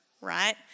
right